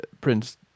Prince